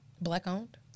Black-owned